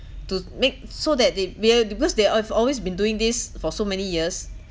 to make so that they well because they have always been doing this for so many years